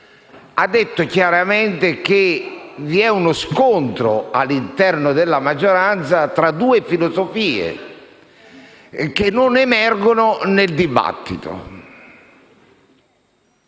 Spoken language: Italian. ha detto chiaramente che vi è uno scontro, all'interno della maggioranza, tra due filosofie che non emergono nel dibattito.